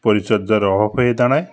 পরিচর্যার অভাব হয়ে দাঁড়ায়